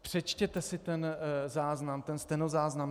Přečtěte si ten záznam, stenozáznam.